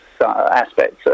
aspects